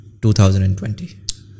2020